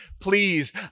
please